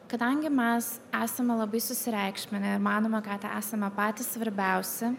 kadangi mes esame labai susireikšminę ir manome kad esame patys svarbiausi